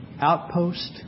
outpost